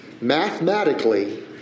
mathematically